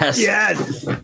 yes